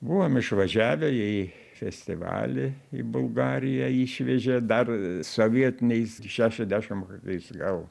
buvom išvažiavę į festivalį į bulgariją išvežė dar sovietiniais šešiasdešimt kokiais gal